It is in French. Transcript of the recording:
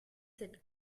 cette